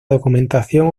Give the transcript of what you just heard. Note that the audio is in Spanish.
documentación